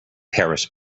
paris